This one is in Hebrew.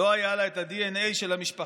לא היה לה את הדנ"א של המשפחה,